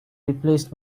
replaced